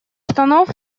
штанов